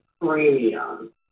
premium